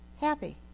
happy